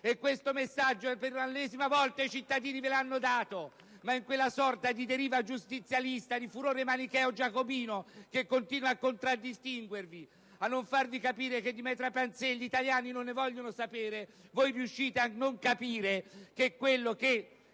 E questo messaggio, per l'ennesima volta, i cittadini ve l'hanno dato, ma in quella sorta di deriva giustizialista, di furore manicheo-giacobino che continua a contraddistinguervi e a non farvi capire che di *maîtres à penser* gli italiani non ne vogliono sapere, voi riuscite a non capire che quello che